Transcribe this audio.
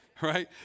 Right